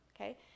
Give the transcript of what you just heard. Okay